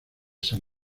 san